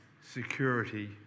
security